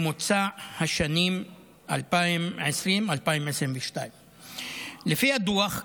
מממוצע השנים 2020 2022. לפי הדוח,